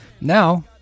Now